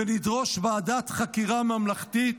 ונדרוש ועדת חקירה ממלכתית,